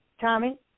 Tommy